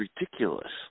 ridiculous